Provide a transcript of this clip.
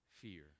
fear